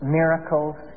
miracles